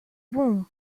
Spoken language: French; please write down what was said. boom